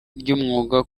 ry’umwuga